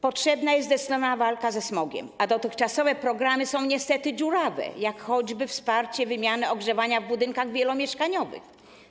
Potrzebna jest zdecydowana walka ze smogiem, a dotychczasowe programy są niestety dziurawe, jak choćby ten dotyczący wsparcia wymiany ogrzewania w budynkach wielomieszkaniowych.